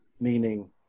meaning